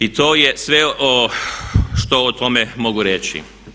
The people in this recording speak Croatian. I to je sve što o tome mogu reći.